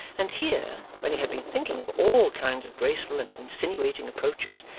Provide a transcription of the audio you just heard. and here, when he had been thinking of all kinds of graceful and insinuating approaches,